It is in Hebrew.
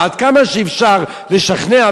ועד כמה שאפשר לשכנע,